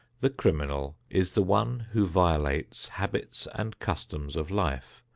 the criminal is the one who violates habits and customs of life,